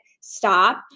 stop